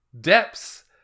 Depths